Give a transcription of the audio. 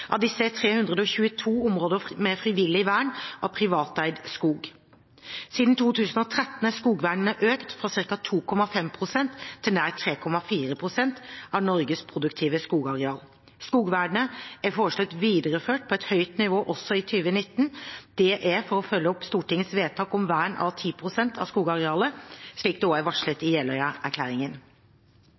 Av disse er 322 områder frivillig vern av privateid skog. Siden 2013 er skogvernet økt fra ca. 2,5 pst. til nær 3,4 pst. av Norges produktive skogareal. Skogvernet er foreslått videreført på et høyt nivå også i 2019. Det er for å følge opp Stortingets vedtak om vern av 10 pst. av skogarealet, slik det også er varslet i